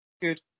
Good